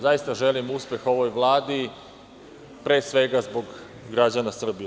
Zaista želim uspeha ovoj Vladi, pre svega zbog građana Srbije.